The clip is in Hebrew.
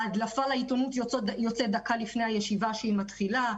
ההדלפה לעיתונות יוצאת דקה לפני הישיבה שהיא מתחילה.